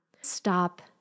Stop